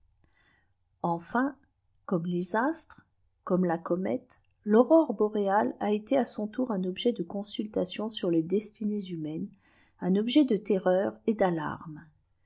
enfin comme les astres comme la comète l'aurore boréale a été à son tour un objet de consultation sur les destinées humaines un objet de terreur et d'alarmes